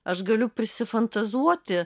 aš galiu prisifantazuoti